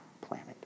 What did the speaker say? planet